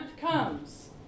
comes